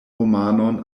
romanon